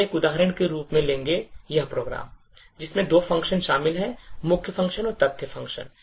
हम एक उदाहरण के रूप में लेंगे यह program जिसमें दो function शामिल हैं मुख्य function और तथ्य function